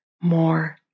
more